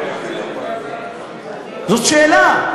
זאת שאלה.